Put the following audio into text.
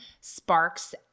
sparks